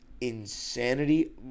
insanity